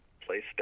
place